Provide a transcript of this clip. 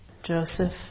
Joseph